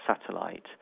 satellite